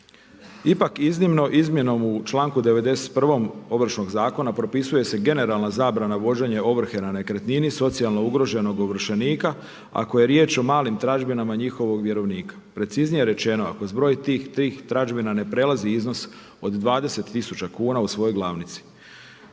Ipak iznimno izmjenom u članku 91. Ovršnog zakona propisuje se generalna zabrana uvođenja ovrhe nad nekretnini, socijalno ugroženog ovršenika ako je riječ o malim tražbinama njihovog vjerovnika. Preciznije rečeno ako zbroj tih tražbina ne prelazi iznos od 20 tisuća kuna u svojoj glavnici.